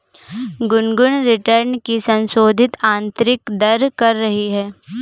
Gungun return की संशोधित आंतरिक दर कर रही है